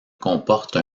comporte